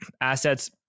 assets